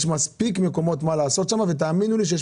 יש מספיק מקומות לעשות שם ותאמינו לי שיש